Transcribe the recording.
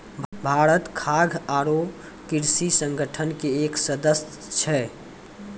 भारत खाद्य आरो कृषि संगठन के एक सदस्य छै